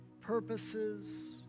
purposes